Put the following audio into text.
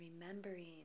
remembering